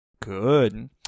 Good